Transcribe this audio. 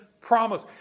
promise